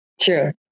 true